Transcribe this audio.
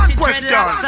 question